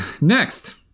next